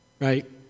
Right